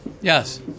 Yes